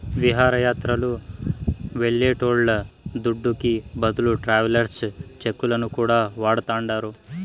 విహారయాత్రలు వెళ్లేటోళ్ల దుడ్డుకి బదులు ట్రావెలర్స్ చెక్కులను కూడా వాడతాండారు